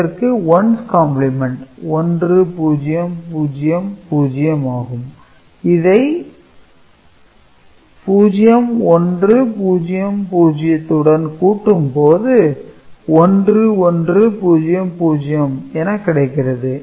இதற்கு 1's complement 1000 ஆகும் இதை 0100 உடன் கூட்டும்போது 1100 என கிடைகிறது